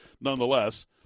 nonetheless